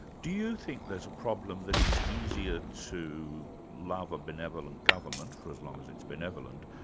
do you think there's a problem that it's easier to love a benevolent government for as long as it's benevolent,